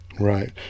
right